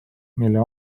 mille